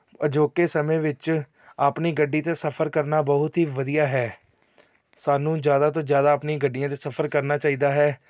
ਅਜੋਕੇ ਸਮੇਂ ਵਿੱਚ ਆਪਣੀ ਗੱਡੀ 'ਤੇ ਸਫਰ ਕਰਨਾ ਬਹੁਤ ਹੀ ਵਧੀਆ ਹੈ ਸਾਨੂੰ ਜ਼ਿਆਦਾ ਤੋਂ ਜ਼ਿਆਦਾ ਆਪਣੀ ਗੱਡੀਆਂ 'ਤੇ ਸਫਰ ਕਰਨਾ ਚਾਹੀਦਾ ਹੈ